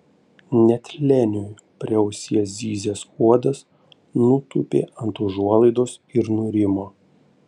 net leniui prie ausies zyzęs uodas nutūpė ant užuolaidos ir nurimo